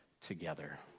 together